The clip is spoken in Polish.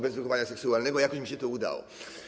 Bez wychowania seksualnego jakoś mi się to udało.